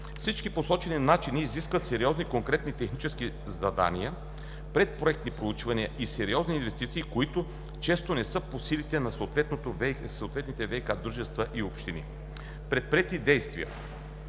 Всички посочени начини изискват сериозни конкретни технически задания, предпроектни проучвания и сериозни инвестиции, които често не са по силите на съответните ВиК дружества и общини. Предприети действия: